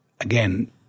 again